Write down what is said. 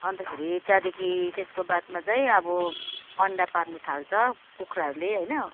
अन्तखेरि त्यहाँदेखि त्यसको बादमा चाहिँ अब अन्डा पार्नु थाल्छ कुखुराहरूले होइन